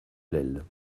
l’aile